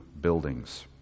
buildings